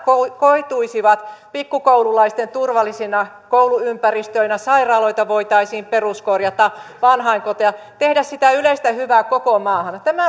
koituisivat pikkukoululaisten turvallisina kouluympäristöinä sairaaloita ja vanhainkoteja voitaisiin peruskorjata tehdä sitä yleistä hyvää koko maahan tämän